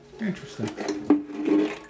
interesting